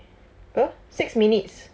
six minutes